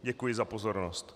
Děkuji za pozornost.